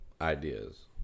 ideas